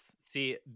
See